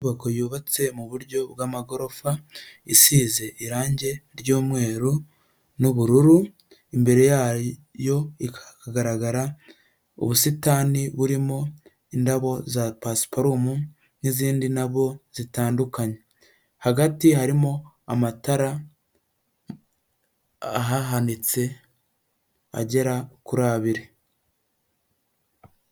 Inyubako yubatse muburyo bw’amagorofa isize irangi ry'umweru n'ubururu imbere yayo haragaragara ubusitani burimo indabo za pasiparumu n'izindi ndabo zitandukanye hagati harimo amatara ahahanitse agera kuri abiri.